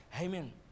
Amen